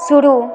शुरू